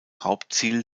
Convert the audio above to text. hauptziel